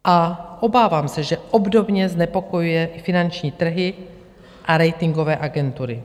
A obávám se, že obdobně znepokojuje i finanční trhy a ratingové agentury.